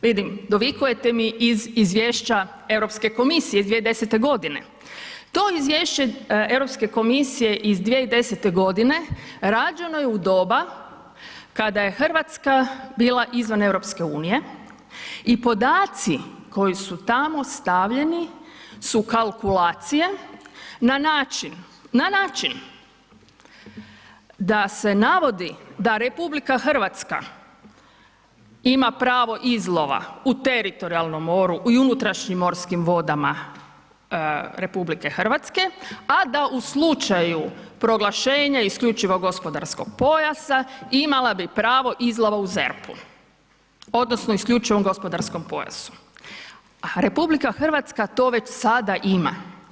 Vidim, dovikujete mi iz izvješća Europske komisije iz 2010.g. To izvješće Europske komisije iz 2010.g. rađeno je u doba kada je RH bila izvan EU i podaci koji su tamo stavljeni su kalkulacije na način da se navodi da RH ima pravo izlova u teritorijalnom moru i u unutrašnjim morskim vodama RH, a da u slučaju proglašenja isključivog gospodarskog pojasa imala bi pravo izlova u ZERP-u odnosno isključivom gospodarskom pojasu, a RH to već sada ima.